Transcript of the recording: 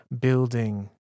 building